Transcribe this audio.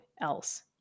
else